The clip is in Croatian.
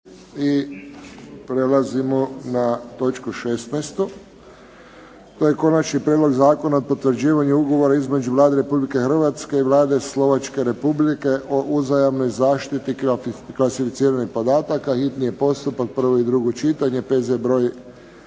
. Prelazimo na slijedeću točku: - Konačni prijedlog zakona o potvrđivanju Ugovora između Vlade Republike Hrvatske i Vlade Slovačke Republike o uzajamnoj zaštiti klasificiranih podataka, hitni postupak, prvo i drugo čitanje, P.Z. br.